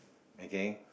okay